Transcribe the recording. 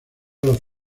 los